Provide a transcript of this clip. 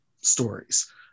stories